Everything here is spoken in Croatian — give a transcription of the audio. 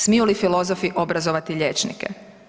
Smiju li filozofi obrazovati liječnike?